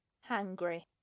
Hungry